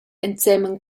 ensemen